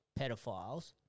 pedophiles